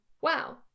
Wow